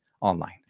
online